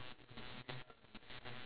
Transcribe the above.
eh what's your what's your colour of the park